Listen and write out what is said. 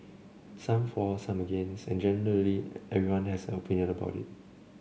some for some against and generally everyone has an opinion about it